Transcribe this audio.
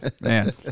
Man